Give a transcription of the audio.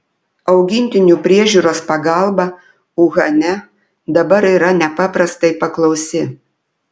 augintinių priežiūros pagalba uhane dabar yra nepaprastai paklausi